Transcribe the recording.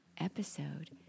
episode